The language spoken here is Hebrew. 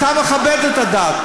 אתה מכבד את הדת.